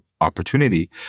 opportunity